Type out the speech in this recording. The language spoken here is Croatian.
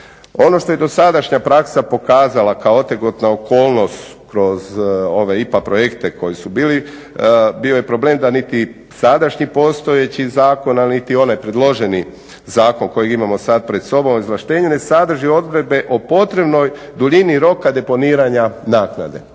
Ono što je dosadašnja praksa pokazala kao otegotna okolnost kroz ove IPA projekte koji su bili bio je problem da niti sadašnji postojeći zakon, ali niti onaj predloženi zakon kojeg imamo sad pred sobom o izvlaštenju ne sadrži odredbe o potrebnoj duljini roka deponiranja naknade.